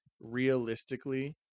realistically